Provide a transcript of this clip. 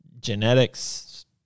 genetics